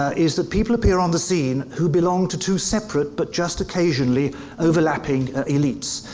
ah is that people appear on the scene who belong to two separate, but just occasionally overlapping ah elites.